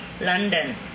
London